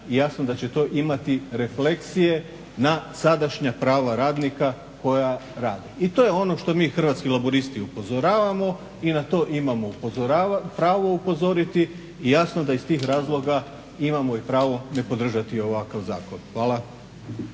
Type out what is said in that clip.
i jasno da će to imati refleksije na sadašnja prava radnika koja rade. I to je ono što mi Hrvatski laburisti upozoravamo i na to imamo pravo upozoriti i jasno da iz tih razloga imamo i pravo nepodržati ovakav zakon. Hvala.